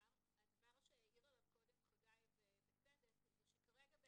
הדבר שהעיר עליו קודם חגי ובצדק שכרגע,